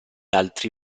altri